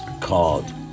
Called